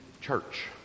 church